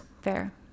fair